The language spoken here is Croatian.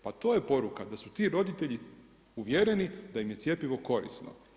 Pa to je poruka, da su ti roditelji uvjereni, da im je cjepivo korisno.